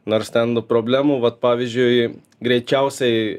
nors ten tų problemų vat pavyzdžiui greičiausiai